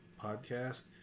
podcast